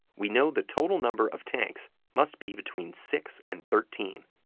we know the total number of tanks must be between six and thirteen.